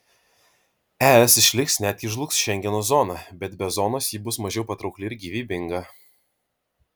es išliks net jei žlugs šengeno zona bet be zonos ji bus mažiau patraukli ir gyvybinga